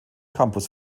campus